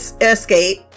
escape